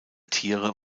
tiere